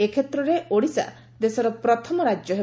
ଏ କ୍ଷେତ୍ରରେ ଓଡ଼ିଶା ଦେଶର ପ୍ରଥମ ରାଜ୍ୟ ହେବ